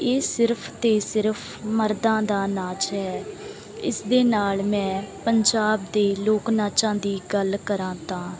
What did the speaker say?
ਇਹ ਸਿਰਫ ਅਤੇ ਸਿਰਫ ਮਰਦਾਂ ਦਾ ਨਾਚ ਹੈ ਇਸ ਦੇ ਨਾਲ ਮੈਂ ਪੰਜਾਬ ਦੇ ਲੋਕ ਨਾਚਾਂ ਦੀ ਗੱਲ ਕਰਾਂ ਤਾਂ